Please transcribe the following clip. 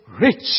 rich